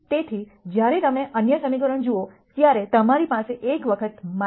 તેથી જ્યારે તમે અન્ય સમીકરણો જુઓ ત્યારે તમારી પાસે એક વખત 0